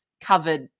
covered